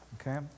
Okay